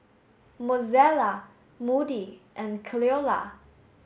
Mozella Moody and Cleola